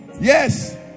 Yes